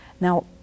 Now